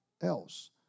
else